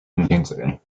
intensity